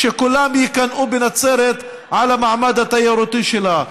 שכולם יקנאו בנצרת על המעמד התיירותי שלה.